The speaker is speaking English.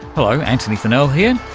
hello, antony funnell here,